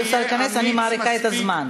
עד שהשר ייכנס, אני מאריכה את הזמן.